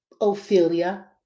Ophelia